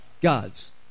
God's